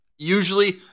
Usually